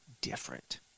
different